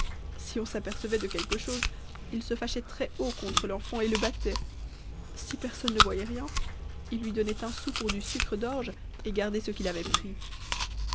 si on s'apercevait de quelque chose ils se fâchaient très-haut contre l'enfant et le battaient si personne ne voyait rien ils lui donnaient un sou pour du sucre d'orge et gardaient ce qu'il avait pris